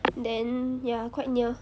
then ya quite near